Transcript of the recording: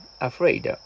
Afraid